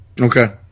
Okay